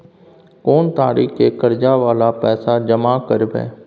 कोन तारीख के कर्जा वाला पैसा जमा करबे?